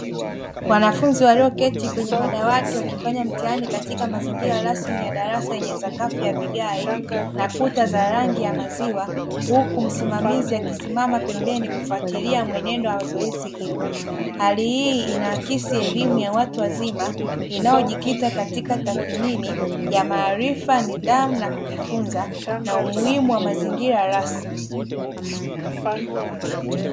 Wanafunzi walioketi kwenye madawati wakifanya mtihani katika mazingira rasmi ya darasa yenye sakafu ya vigae na kuta za rangi ya maziwa, huku msimamizi akisimama pembeni kufuatilia mwenendo wa zoezi hilo. Hali hii inaakisi elimu ya watu wazima inayojikita katika tathmini ya maarifa, nidhamu ya kujifunza na umuhimu wa mazingira rasmi.